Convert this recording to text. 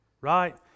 right